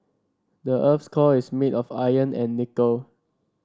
the earth's core is made of iron and nickel